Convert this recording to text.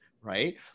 right